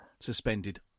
suspended